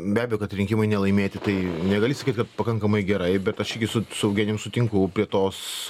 be abejo kad rinkimai nelaimėti tai negali sakyt kad pakankamai gerai bet aš igi su su eugenijum sutinku prie tos